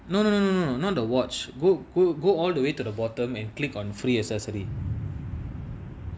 no no no not the watch go go go all the way to the bottom and click on free accessory